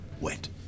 wet